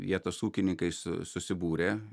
vietos ūkininkai su susibūrė